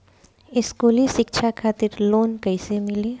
स्कूली शिक्षा खातिर लोन कैसे मिली?